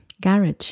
garage